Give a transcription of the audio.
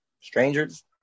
strangers